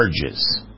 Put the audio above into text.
charges